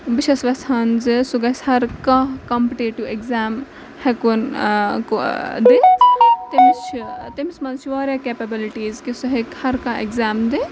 بہٕ چھَس وٮ۪ژھان زِ سُہ گژھِ ہَرکانٛہہ کَمپِٹیٹِو اٮ۪گزیم ہٮ۪کُن دِتھ تٔمِس چھِ تٔمِس منٛز چھِ واریاہ کٮ۪پَبٕلٹیٖز کہِ سُہ ہیٚکہِ ہرکانٛہہ اٮ۪گزیم دِتھ